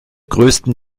größten